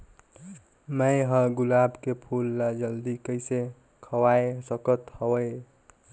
मैं ह गुलाब के फूल ला जल्दी कइसे खवाय सकथ हवे?